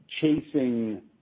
chasing